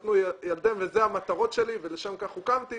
כשיתחתנו ילדיהם ואלה המטרות שלו ולשם כך הוא הוקם,